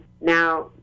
now